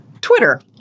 Twitter